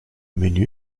menü